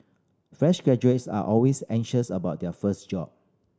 fresh graduates are always anxious about their first job